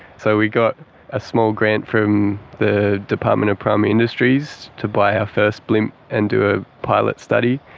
so we got a small grant from the department of primary industries to buy our first blimp and do a pilot study.